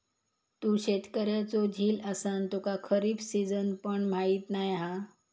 तू शेतकऱ्याचो झील असान तुका खरीप सिजन पण माहीत नाय हा